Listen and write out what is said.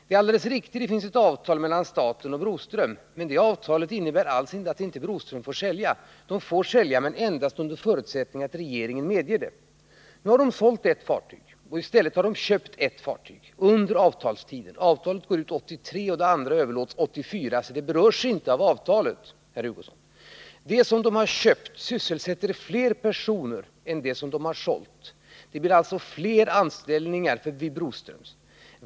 Det är alldeles riktigt att det finns ett avtal mellan staten och Broströmskoncernen. Men det avtalet innebär inte alls att Broströmskoncernen inte får sälja — man får sälja men endast under förutsättning att regeringen medger det. Nu har man sålt ett fartyg, men i gengäld har man köpt ett fartyg under avtalstiden. Avtalet går ut 1983 och det andra fartyget överlåts 1984, så dessa transaktioner berörs alltså inte av avtalet. Det fartyg som koncernen köpt sysselsätter fler personer än det fartyg som koncernen sålt — det blir alltså fler anställningar vid Broströmskoncernen.